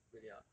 really ah